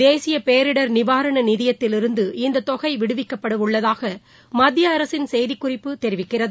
தேசிய பேரிடர் நிவாரண நிதியத்திலிருந்து இந்தத் தொகை விடுவிக்கப்பட உள்ளதாக மத்திய அரசின் செய்திக் குறிப்பு தெரிவிக்கிறது